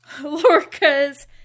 Lorca's